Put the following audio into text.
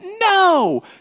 No